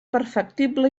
perfectible